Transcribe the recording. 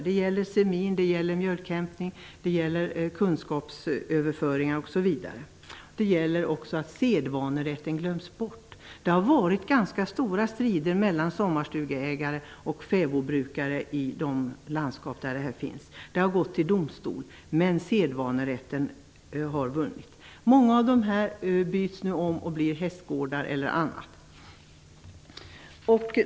Det gäller semin, mjölkhämtning, kunskapsöverföring osv. Det gäller också att sedvanerätten glöms bort. Det har varit ganska stora strider mellan sommarstugeägare och fäbodbrukare i de landskap där det finns fäbodar. Tvisterna har gått till domstol, men sedvanerätten har vunnit. Många av dessa fäbodar byggs nu om och blir hästgårdar eller annat.